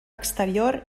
exterior